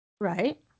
Right